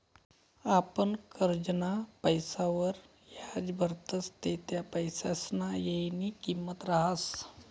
आपण करजंना पैसासवर याज भरतस ते त्या पैसासना येयनी किंमत रहास